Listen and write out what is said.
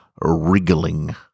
wriggling